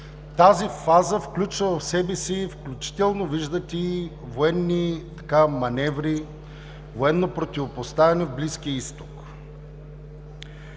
тази фаза включва в себе си, включително виждате, и военни маневри, военно противопоставяне в Близкия Изток.